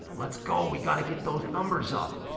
let's go, we gotta get those numbers up.